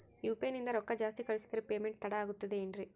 UPI ನಿಂದ ರೊಕ್ಕ ಜಾಸ್ತಿ ಕಳಿಸಿದರೆ ಪೇಮೆಂಟ್ ತಡ ಆಗುತ್ತದೆ ಎನ್ರಿ?